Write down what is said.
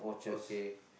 okay